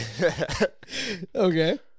okay